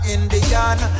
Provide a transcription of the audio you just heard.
Indian